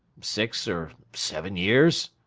six or seven years